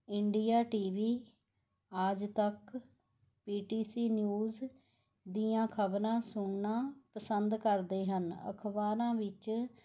India T V Aaj Tak P T C news ਦੀਆਂ ਖਬਰਾਂ ਸੁਣਨਾ ਪਸੰਦ ਕਰਦੇ ਹਨ ਅਖਬਾਰਾਂ ਵਿੱਚ